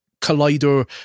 collider